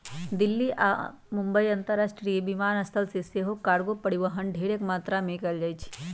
दिल्ली आऽ मुंबई अंतरराष्ट्रीय विमानस्थल से सेहो कार्गो परिवहन ढेरेक मात्रा में कएल जाइ छइ